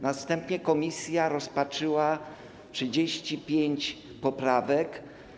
Następnie komisja rozpatrzyła 35 poprawek.